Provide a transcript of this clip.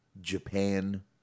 japan